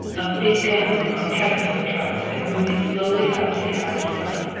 of big guns on caterpillar trucks that were moving slowly up to the allied front.